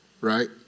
right